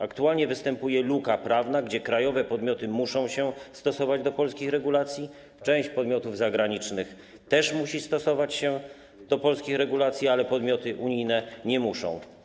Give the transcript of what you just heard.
Aktualnie występuje luka prawna, gdzie krajowe podmioty muszą stosować się do polskich regulacji, część podmiotów zagranicznych też musi stosować się do polskich regulacji, ale podmioty unijne nie muszą.